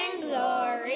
glory